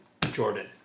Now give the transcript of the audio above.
Jordan